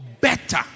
Better